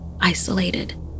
isolated